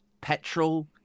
petrol